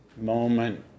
moment